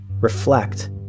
reflect